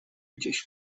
gdzieś